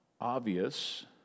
obvious